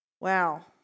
Wow